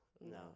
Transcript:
No